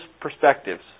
perspectives